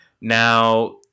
Now